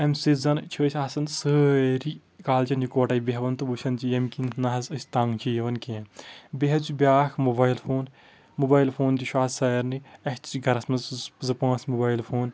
امہِ سۭتۍ زن چھِ أسۍ آسن سٲری کالچن اکوٹے بٮ۪ہوان تہٕ وٕچھان چھِ ییٚمہِ کِن نہ حظ أسۍ تنٛگ چھِ یِوان کینٛہہ بیٚیہِ حظ چھِ بیٛاکھ موبایل فون موبایل فون تہِ چھُ آز سارنٕے اسہِ چھِ گرس منٛز زٕ پانٛژھ موبایل فون